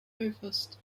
provost